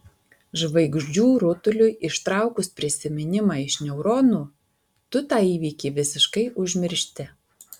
žvaigždžių rutuliui ištraukus prisiminimą iš neuronų tu tą įvykį visiškai užmiršti